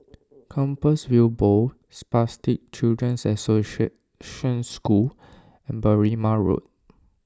Compassvale Bow Spastic Children's Association School and Berrima Road